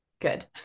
good